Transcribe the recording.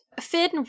Finn